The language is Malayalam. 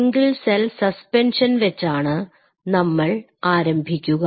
സിംഗിൾ സെൽ സസ്പെൻഷൻ വെച്ചാണ് നമ്മൾ ആരംഭിക്കുക